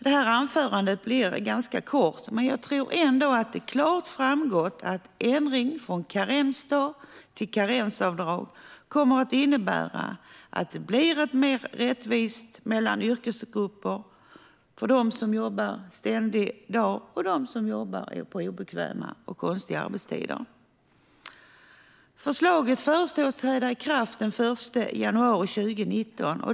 Det här anförandet blir ganska kort, men jag tror att det har framgått klart att en ändring från karensdag till karensavdrag kommer att leda till att det blir mer rättvist mellan yrkesgrupper, mellan dem som ständigt jobbar dag och dem som jobbar på obekväma och konstiga arbetstider. Förslaget föreslås träda i kraft den 1 januari 2019.